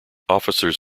officers